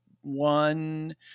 one